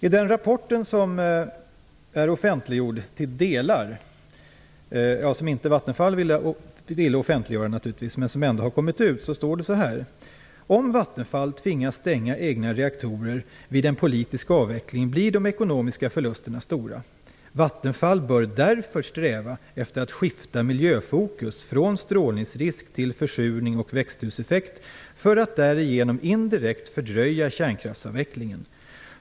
I den rapport som till delar är offentliggjord, och som Vattenfall naturligtvis inte vill offentliggöra, men som ändå har kommit ut, står det: "Om Vattenfall tvingas stänga egna reaktorer först vid en politisk avveckling blir de ekonomiska förlusterna stora. Vattenfall bör därför sträva efter att skifta miljöfokus från strålningsrisk till försurning och växthuseffekt för att därigenom indirekt fördröja kärnkraftsavvecklingen.